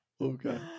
Okay